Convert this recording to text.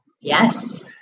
yes